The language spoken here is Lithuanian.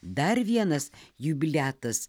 dar vienas jubiliatas